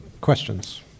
questions